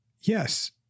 Yes